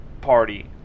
party